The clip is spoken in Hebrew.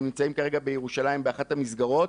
הם נמצאים כרגע בירושלים באחת המסגרות,